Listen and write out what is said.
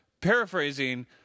paraphrasing